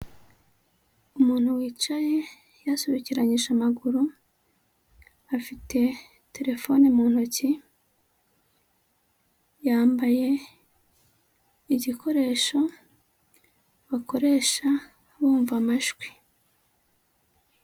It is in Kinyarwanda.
Umuntu wicaye yasobekeranyije amaguru, afite telefone mu ntoki, yambaye igikoresho bakoresha bumva amajwi.